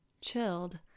chilled